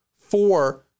four